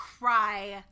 cry